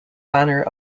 banner